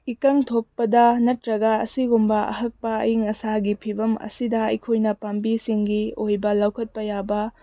ꯏꯀꯪ ꯊꯣꯛꯄꯗ ꯅꯠꯇ꯭ꯔꯒ ꯑꯁꯤꯒꯨꯝꯕ ꯑꯍꯛꯄ ꯑꯏꯪ ꯑꯁꯥꯒꯤ ꯐꯤꯕꯝ ꯑꯁꯤꯗ ꯑꯩꯈꯣꯏꯅ ꯄꯥꯝꯕꯤꯁꯤꯡꯒꯤ ꯑꯣꯏꯕ ꯂꯧꯈꯠꯄ ꯌꯥꯕ